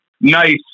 nice